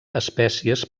espècies